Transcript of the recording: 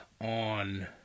on